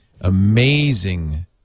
amazing